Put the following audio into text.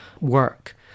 work